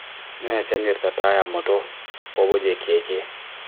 Noi a cancirta taya moto ko jei keke